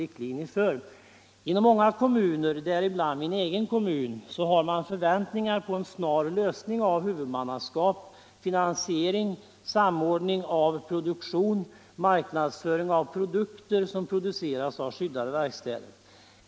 Inom många kommuner, däribland min egen kommun, har man förväntningar på en snar lösning av frågorna om huvudmannaskap. finansiering och samordning av produktion och marknadsföring av produkter som producerats av skyddade verkstäder.